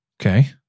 Okay